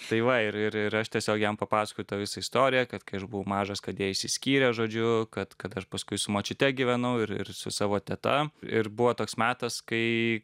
tai va ir ir aš tiesiog jam papasakojau tą visą istoriją kad kai aš buvau mažas kad jie išsiskyrė žodžiu kad kad aš paskui su močiute gyvenau ir su savo teta ir buvo toks metas kai